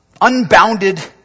unbounded